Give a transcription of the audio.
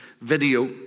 video